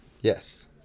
Yes